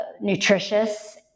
nutritious